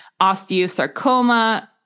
osteosarcoma